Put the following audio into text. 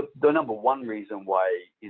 the number one reason why